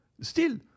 Still